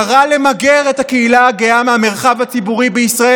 וקרא למגר את הקהילה הגאה מהמרחב הציבורי בישראל,